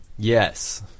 Yes